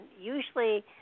usually